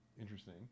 Interesting